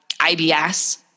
IBS